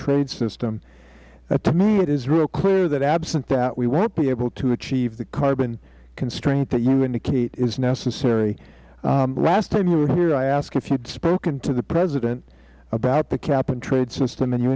trade system to me it is real clear that absent that we won't be able to achieve the carbon constraint that you indicate is necessary the last time you were here i asked if you had spoken to the president about the cap and trade system and you